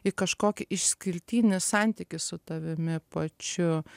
į kažkokį išskirtinį santykį su tavimi pačiu